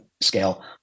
scale